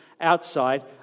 outside